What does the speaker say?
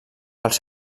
pels